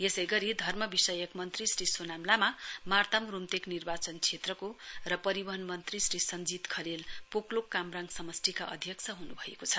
यसै गरी धर्म विषयकमन्त्री श्री सोनाम लामा मार्ताम रूम्तेक निर्वाचन क्षेत्रको र परिवहन मन्त्री श्री सञ्जीत खरेल पोक्लोक कामराङ समष्टिका अध्यक्ष हुनुभएको छ